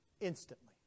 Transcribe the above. instantly